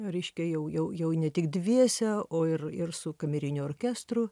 reiškia jau jau jau ne tik dviese o ir ir su kameriniu orkestru